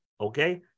Okay